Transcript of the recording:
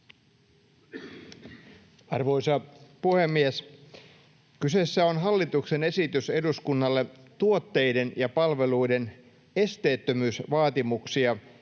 Arvoisa puhemies! Kyseessä on hallituksen esitys eduskunnalle tuotteiden ja palveluiden esteettömyysvaatimuksia